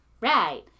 Right